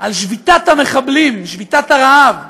על שביתת המחבלים, שביתת הרעב.